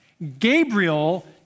Gabriel